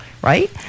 Right